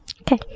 Okay